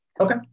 okay